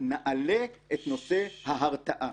נעלה את נושא ההרתעה.